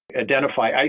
identify